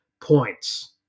points